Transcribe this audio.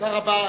תודה רבה.